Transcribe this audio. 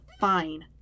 fine